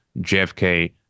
JFK